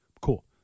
Cool